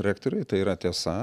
rektoriai tai yra tiesa